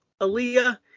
Aaliyah